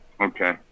Okay